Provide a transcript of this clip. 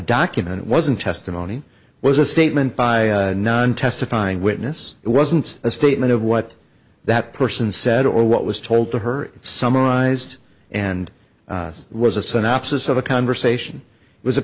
document wasn't testimony was a statement by testifying witness it wasn't a statement of what that person said or what was told to her summarized and it was a synopsis of a conversation it was a